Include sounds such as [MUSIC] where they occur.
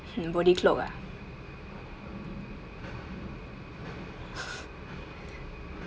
body clock ah [LAUGHS]